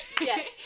Yes